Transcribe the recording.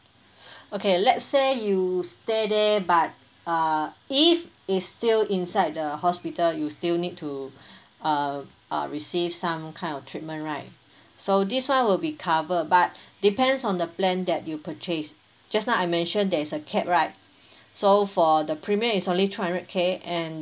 okay let's say you stay there but err if is still inside the hospital you still need to uh uh receive some kind of treatment right so this one will be covered but depends on the plan that you purchased just now I mention there is a cap right so for the premium is only two hundred K and